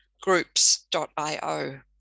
groups.io